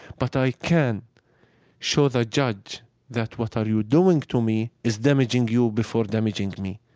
but i can show the judge that what are you doing to me is damaging you before damaging me.